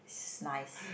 is nice